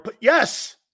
Yes